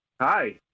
Hi